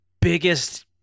biggest